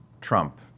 Trump